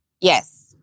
Yes